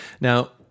Now